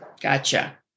Gotcha